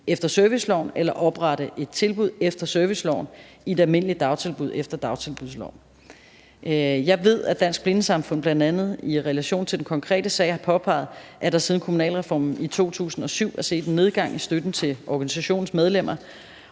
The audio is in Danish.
efter serviceloven eller oprette et tilbud efter serviceloven i et almindeligt dagtilbud efter dagtilbudsloven. Jeg ved, at Dansk Blindesamfund, bl.a. i relation til den konkrete sag har påpeget, at der siden kommunalreformen i 2007 er set en nedgang i støtten til organisationens medlemmer,